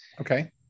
Okay